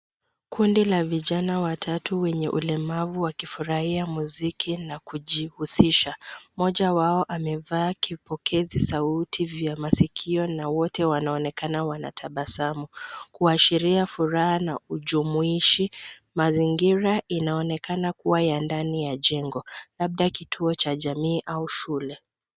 Kundi la vijana watatu wenye ulemavu waki furahia muziki na kujuhusisha, mmoja wao amevaa vipokezi vya masauti kwa masikio na wote wanaonekana wakitabasamu kuashiria furaha na ujumuishi. Mazingira ina onekana kuwa ya ndani ya jengo labda kituo cha jamii au shule.